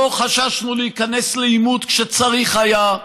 לא חששנו להיכנס לעימות כשצריך היה.